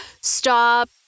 stop